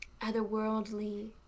otherworldly